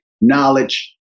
knowledge